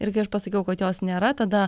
ir kai aš pasakiau kad jos nėra tada